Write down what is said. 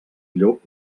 llop